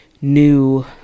new